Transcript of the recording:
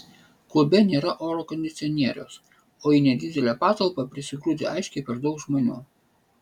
klube nėra oro kondicionieriaus o į nedidelę patalpą prisigrūdę aiškiai per daug žmonių